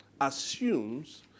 assumes